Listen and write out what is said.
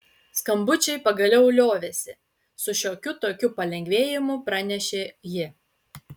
skambučiai pagaliau liovėsi su šiokiu tokiu palengvėjimu pranešė ji